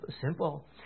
simple